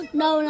no